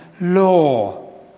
law